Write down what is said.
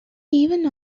even